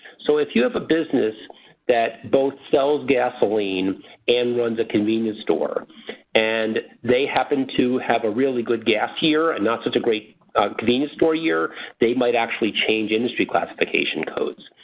so if you have a business that both sells gasoline and runs a convenience store and they happen to have a really good gas year and not such a great convenience store year they might actually change industry classification codes.